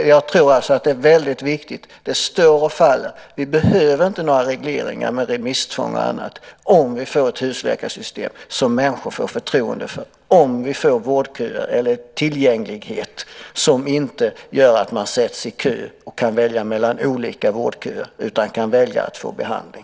Jag tror alltså att vi inte behöver några regleringar med remisstvång och annat om vi får ett husläkarsystem som människor får förtroende för, med en tillgänglighet där de inte behöver sättas i kö utan i stället får tillgång till behandling.